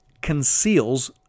conceals